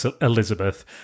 Elizabeth